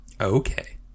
Okay